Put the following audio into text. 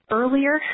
earlier